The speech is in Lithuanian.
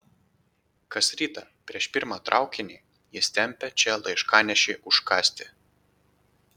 kas rytą prieš pirmą traukinį jis tempia čia laiškanešį užkąsti